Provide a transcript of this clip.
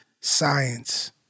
science